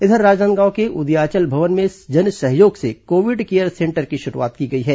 इधर राजनांदगांव के उदयाचल भवन में जनसहयोग से कोविड केयर सेंटर की शुरूआत की गई है